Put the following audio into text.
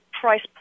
price